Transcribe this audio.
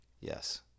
Yes